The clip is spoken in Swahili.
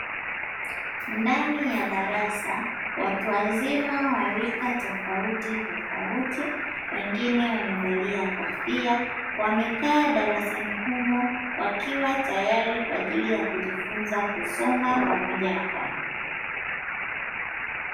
Ndani ya darasa, watu wazima wa rika tofautitofauti, wengine wamevalia kofia, wamekaa darasani humo wakiwa tayari kwa ajili ya kujifunza kusoma pamoja na kuandika.